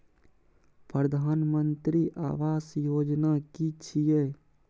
प्रधानमंत्री आवास योजना कि छिए?